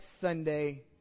Sunday